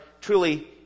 truly